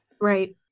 Right